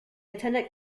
attended